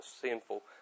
sinful